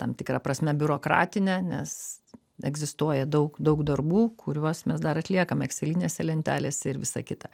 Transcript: tam tikra prasme biurokratinę nes egzistuoja daug daug darbų kuriuos mes dar atliekam ekselinėse lentelėse ir visa kita